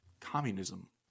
communism